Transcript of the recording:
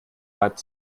reibt